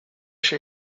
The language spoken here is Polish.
się